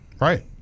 Right